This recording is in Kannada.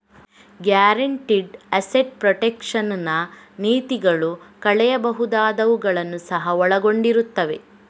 ಗ್ಯಾರಂಟಿಡ್ ಅಸೆಟ್ ಪ್ರೊಟೆಕ್ಷನ್ ನ ನೀತಿಗಳು ಕಳೆಯಬಹುದಾದವುಗಳನ್ನು ಸಹ ಒಳಗೊಂಡಿರುತ್ತವೆ